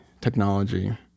technology